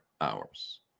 hours